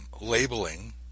labeling